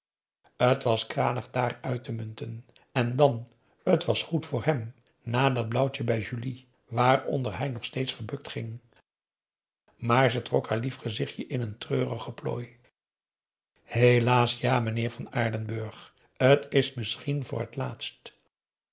t was kranig dààr uit te munten en dan t was goed voor hem na dat blauwtje bij julie waaronder hij nog steeds gebukt ging maar ze trok haar lief gezichtje in een treurige plooi helaas ja meneer van aardenburg t is misschien voor het laatst